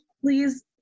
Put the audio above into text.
please